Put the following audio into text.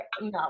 no